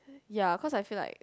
ya cause I feel like